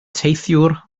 teithiwr